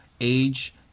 age